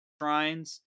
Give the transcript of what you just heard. shrines